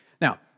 Now